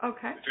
Okay